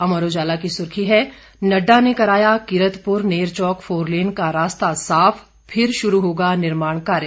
अमर उजाला की सुर्खी है नड़डा ने कराया कीरतपुर नेरचौक फोरलेन का रास्ता साफ फिर शुरू होगा निर्माण कार्य